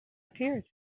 appeared